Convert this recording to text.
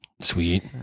Sweet